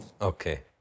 Okay